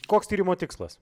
koks tyrimo tikslas